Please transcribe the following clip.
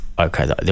Okay